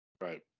Right